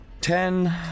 Ten